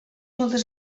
moltes